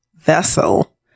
vessel